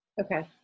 Okay